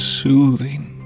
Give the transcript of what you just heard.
soothing